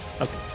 Okay